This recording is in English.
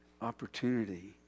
opportunity